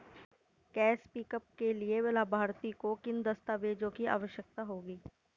Cash pickup के लिए लाभार्थी को किन दस्तावेजों की आवश्यकता होगी?